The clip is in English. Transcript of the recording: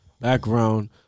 background